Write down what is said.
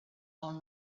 own